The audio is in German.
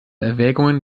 erwägungen